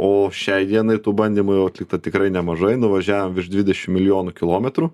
o šiai dienai tų bandymų jau atlikta tikrai nemažai nuvažiavom virš dvidešim milijonų kilometrų